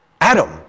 Adam